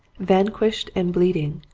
vanquished and bleeding,